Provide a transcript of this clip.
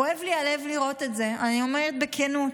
כואב לי הלב לראות את זה, אני אומרת בכנות.